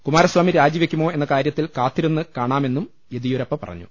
കുമാരസാമി രാജിവെ ക്കുമോ എന്ന കാര്യം കാത്തിരുന്നു കാണാമെന്നും യെദ്യൂരപ്പ പറഞ്ഞു